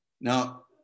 Now